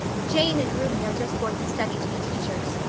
jane and ruby are just going to study to be teachers.